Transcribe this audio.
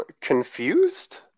confused